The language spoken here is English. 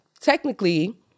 technically